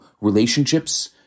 relationships